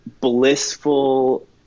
blissful